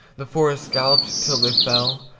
the forests galloped till they fell,